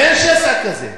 אין שסע כזה.